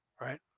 right